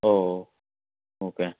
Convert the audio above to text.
ഓ okay